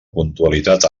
puntualitat